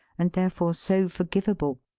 and therefore so forgivable.